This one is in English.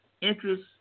interest